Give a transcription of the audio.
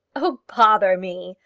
oh, bother me!